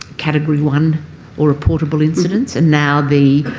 category one or reportable incidents and now the